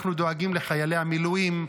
אנחנו דואגים לחיילי המילואים,